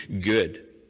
good